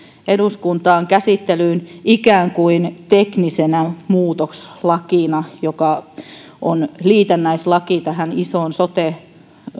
eduskuntaan käsittelyyn ikään kuin teknisenä muutoslakina joka on liitännäislaki tähän isoon sote